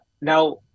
Now